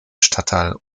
stadtteil